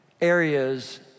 areas